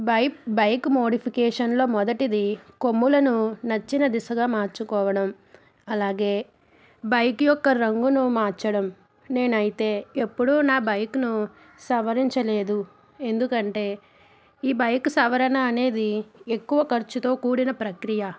బైప్ bike మోడిఫికేషన్లో మొదటిది కొమ్ములను నచ్చిన దిశగా మార్చుకోవడం అలాగే బైక్ యొక్క రంగును మార్చడం నేనైతే ఎప్పుడూ నా బైక్ను సవరించలేదు ఎందుకంటే ఈ బైకు సవరణ అనేది ఎక్కువ ఖర్చుతో కూడిన ప్రక్రియ